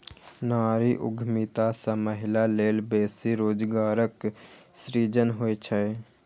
नारी उद्यमिता सं महिला लेल बेसी रोजगारक सृजन होइ छै